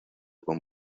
con